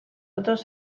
otros